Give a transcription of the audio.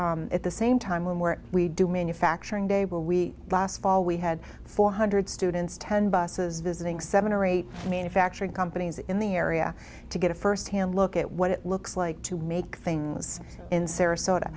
but at the same time where we do manufacturing day where we last fall we had four hundred students ten buses visiting seven or eight manufacturing companies in the area to get a firsthand look at what it looks like to make things in sarasota